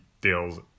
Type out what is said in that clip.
deals